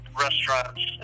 restaurants